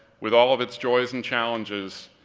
with all of its joys and challenges,